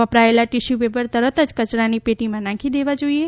વપરાયેલા ટીશ્યુપેપર તરત જ કચરાની પેટીમાં નાંખી દેવા જોઇએ